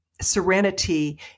serenity